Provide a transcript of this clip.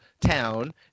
town